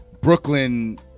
Brooklyn